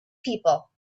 people